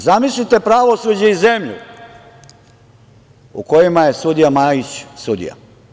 Zamislite pravosuđe i zemlju u kojima je sudija Majić sudija?